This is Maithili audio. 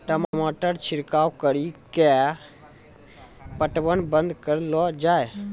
टमाटर छिड़काव कड़ी क्या पटवन बंद करऽ लो जाए?